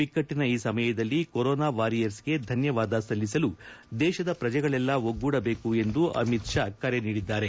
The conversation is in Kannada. ಬಿಕ್ಟಟ್ಟನ ಈ ಸಮಯದಲ್ಲಿ ಕೊರೊನಾ ವಾರಿಯರ್ಸ್ಗೆ ಧನ್ಡವಾದ ಸಲ್ಲಿಸಲು ದೇಶದ ಪ್ರಜೆಗಳೆಲ್ಲಾ ಒಗ್ಗೂಡಬೇಕು ಎಂದು ಅಮಿತ್ ಶಾ ಕರೆ ನೀಡಿದ್ದಾರೆ